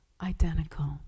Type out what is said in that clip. identical